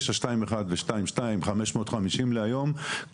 חמש מאות חמישים להיום,